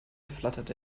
flatterte